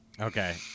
Okay